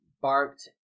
barked